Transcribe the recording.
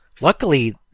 Luckily